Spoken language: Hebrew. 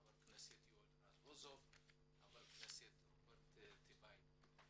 חבר הכנסת יואל רזבוזוב וחבר הכנסת רוברט טיבייב.